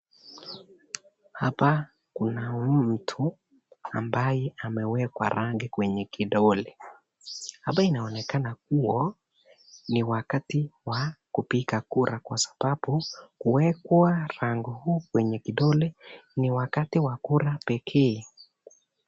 Hapa kuna mtu ambaye amewekwa rangi kwenye kidole, hapa inaonekana kuwa ni wakati wa kupiga kura kwa sababu kuwekwa rangi huu kwenye kidole ni wakati wa kura pekee.